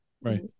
Right